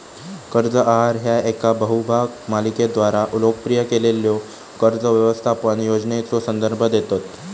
कर्ज आहार ह्या येका बहुभाग मालिकेद्वारा लोकप्रिय केलेल्यो कर्ज व्यवस्थापन योजनेचो संदर्भ देतत